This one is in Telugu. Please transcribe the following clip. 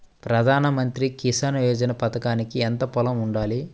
ప్రధాన మంత్రి కిసాన్ యోజన పథకానికి ఎంత పొలం ఉండాలి?